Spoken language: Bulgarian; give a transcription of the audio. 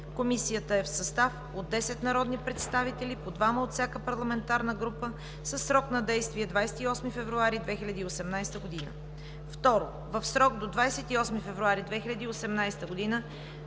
Комисията е в състав от 10 народни представители – по двама от всяка парламентарна група, със срок на действие 28 февруари 2018 г. 2. В срок до 28 февруари 2018 г.